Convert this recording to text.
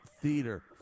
theater